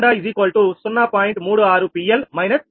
8